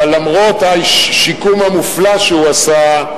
אבל למרות השיקום המופלא שהוא עשה,